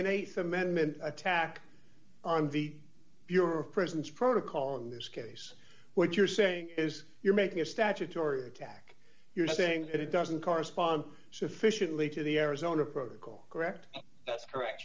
an th amendment attack on the bureau of prisons protocol in this case what you're saying is you're making a statutory attack you're saying that it doesn't correspond sufficiently to the arizona protocol correct that's correct